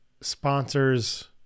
sponsors